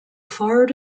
forehead